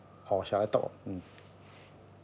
or shall I top mm